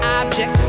object